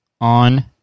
on